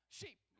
sheep